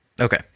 Okay